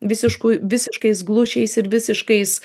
visišku visiškais glušiais ir visiškais